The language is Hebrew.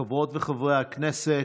חברות וחברי הכנסת,